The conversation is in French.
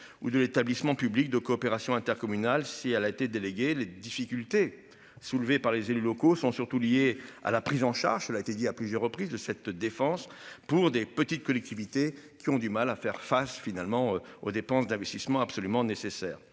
ou de l'établissement public de coopération intercommunale. Si elle a été déléguée les difficultés soulevées par les élus locaux sont surtout liés à la prise en charge, cela a été dit à plusieurs reprises de cette défense pour des petites collectivités, qui ont du mal à faire face finalement aux dépenses d'investissement absolument nécessaire.